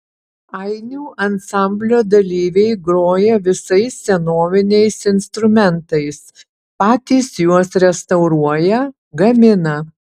ainių ansamblio dalyviai groja visais senoviniais instrumentais patys juos restauruoja gamina